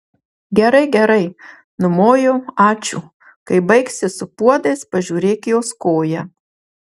gerai gerai numojo ačiū kai baigsi su puodais pažiūrėk jos koją